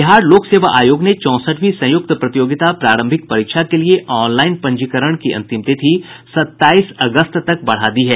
बिहार लोक सेवा आयोग ने चौंसठवीं संयुक्त प्रतियोगिता प्रारंभिक परीक्षा के लिए ऑनलाईन पंजीकरण की अंतिम तिथि सत्ताईस अगस्त तक बढ़ा दी है